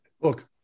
Look